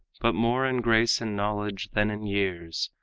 but more in grace and knowledge than in years.